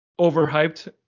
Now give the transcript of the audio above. overhyped